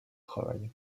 travail